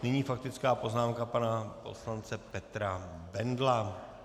Nyní faktická poznámka pana poslance Petra Bendla.